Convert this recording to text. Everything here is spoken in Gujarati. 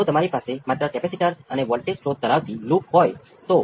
આ તમે ઉકેલ માં મૂકો અને ઉકેલ માં મૂકવાથી જ કુલ રિસ્પોન્સ મળશે